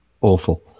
awful